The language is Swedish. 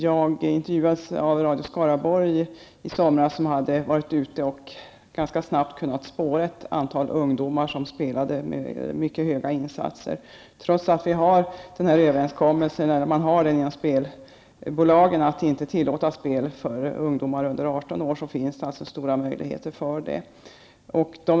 Jag intervjuades av Radio Skaraborg i somras. Man hade varit ute och ganska snabbt kunnat spåra ett antal ungdomar som spelade med mycket höga insatser. Trots att spelbolagen har en överenskommelse om att inte tillåta spel för ungdomar under 18 år finns det alltså stora möjligheter för dem att göra det.